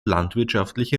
landwirtschaftliche